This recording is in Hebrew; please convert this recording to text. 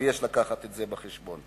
ויש להביא אותן בחשבון.